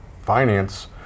finance